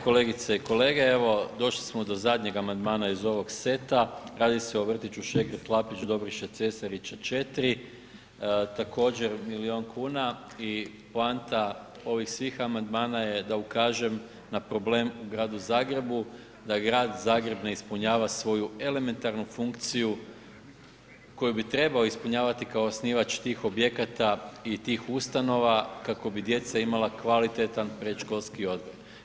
Kolegice i kolege, evo došli smo do zadnjeg amandmana iz ovog seta, radi se o vrtiću Šegrt Hlapić, D. Cesarića 4, također milijuna kuna i poanta ovih svih amandmana je da ukažem na problem u gradu Zagrebu, da Zagreb ne ispunjava svoju elementarnu funkciju koju bi trebao ispunjavati kao osnivač tih objekata i tih ustanova kako bi djeca imala kvalitetan predškolski odgoj.